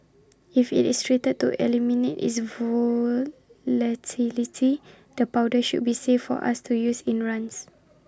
if IT is treated to eliminate its volatility the powder should be safe for us to use in runs